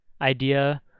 idea